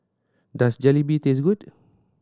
does Jalebi taste good